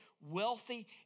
wealthy